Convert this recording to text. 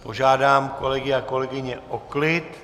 Požádám kolegy a kolegyně o klid.